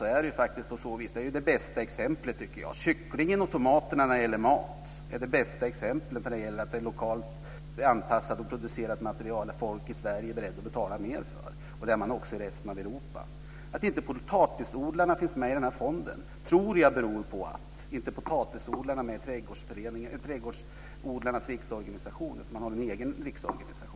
Kyckling och tomater är det bästa exemplet när det gäller mat på att folk i Sverige är beredda att betala mer för lokalt anpassat och producerat material. Det är man också i resten av Europa. Att inte potatisodlarna finns med i fonden tror jag beror på att potatisodlarna inte är med i Trädgårdsodlarnas riksorganisation. Man har i stället en egen riksorganisation.